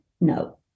no